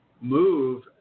move